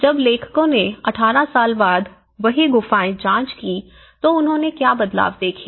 जब लेखकों ने 18 साल बाद वही गुफाएं जांच की तो उन्होंने क्या बदलाव देखे